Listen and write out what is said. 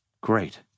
Great